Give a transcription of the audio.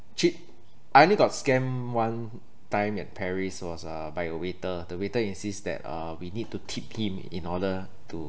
cheat I only got scam one time in Paris was uh by a waiter the waiter insist that uh we need to tip him in order to